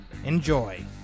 Enjoy